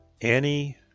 Annie